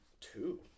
two